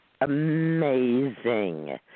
Amazing